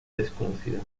desconocida